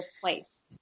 place